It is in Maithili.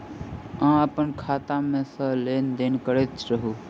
अहाँ अप्पन खाता मे सँ लेन देन करैत रहू?